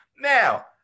Now